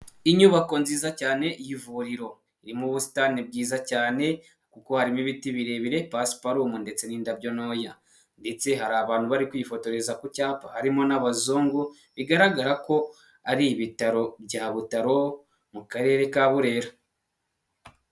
Inyubako nziza cyane y'ivuriro, iri mu busitani bwiza cyane kuko harimo ibiti birebire, pasparum ndetse n'indabyo ntoya, ndetse har’abantu bari kwifotoreza ku cyapa, harimo n'abazungu. Bigaragara ko ari ibitaro bya Butaro mu karere ka Burera.